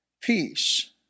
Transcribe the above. peace